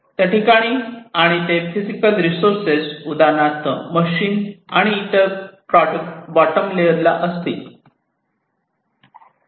त्या ठिकाणी आणि ते फिजिकल रिसोर्सेस उदाहरणार्थ मशीन आणि इतर प्रॉडक्ट बॉटम लेअर ला असतील